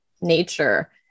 nature